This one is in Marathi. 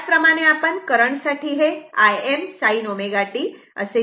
त्याचप्रमाणे आपण करंट साठी हे Im sin ω t असे लिहू शकतो